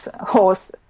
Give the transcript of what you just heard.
horse